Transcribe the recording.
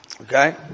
Okay